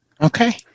Okay